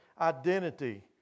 identity